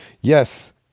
Yes